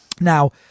Now